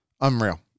Unreal